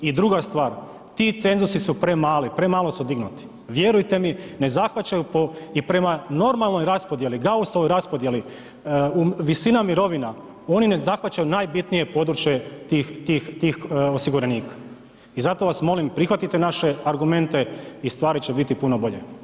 I druga stvar, ti cenzusi su premali, premalo su dignuti, vjerujte mi ne zahvaćaju po i prema normalnoj raspodjeli, Gaussovoj raspodjeli, visina mirovina, oni ne zahvaćaju najbitnije područje tih, tih, tih osiguranika i zato vas molim prihvatite naše argumente i stvari će biti puno bolje.